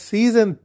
Season